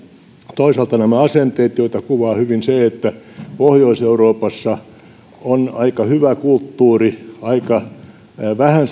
toisaalta nämä asenteet joita kuvaa hyvin se että pohjois euroopassa on aika hyvä kulttuuri suhteellisen vähän